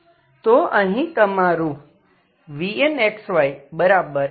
તો અહીં તમારું vnxyXnx